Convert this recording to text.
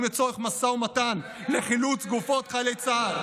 לצורך משא ומתן לחילוץ גופות חיילי צה"ל.